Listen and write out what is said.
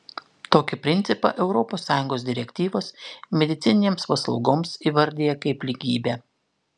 tokį principą europos sąjungos direktyvos medicininėms paslaugoms įvardija kaip lygybę